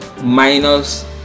minus